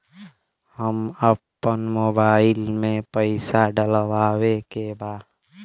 हम आपन मोबाइल में पैसा डलवावे के बा?